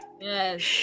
Yes